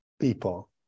people